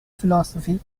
philosophies